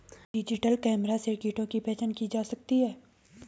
digital camera से कीटों की पहचान की जा सकती है